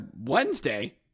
Wednesday